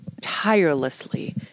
tirelessly